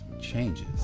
changes